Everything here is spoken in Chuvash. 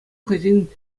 хӑйсен